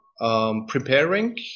preparing